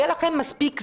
היה לכם מספיק זמן.